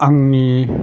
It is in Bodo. आंनि